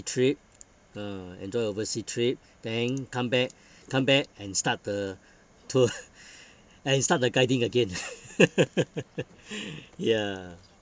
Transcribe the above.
trip ah enjoy oversea trip then come back come back and start the tour and start the guiding again ya